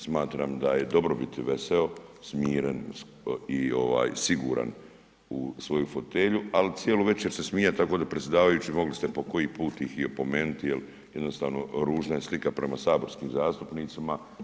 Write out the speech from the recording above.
Smatram da je dobro biti veseo, smiren i siguran u svoju fotelju, ali cijelo večer se smijati tako da predsjedavajući mogli ste po koji put ih i opomenuti jel jednostavno ružna je slika prema saborskim zastupnicima.